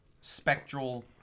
spectral